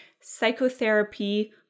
psychotherapy